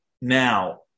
Now